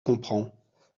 comprends